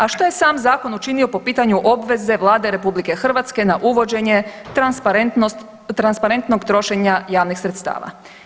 A što je sam zakon učinio po pitanju obveze Vlade RH na uvođenje transparentnog trošenja javnih sredstava?